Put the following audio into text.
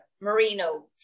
Merino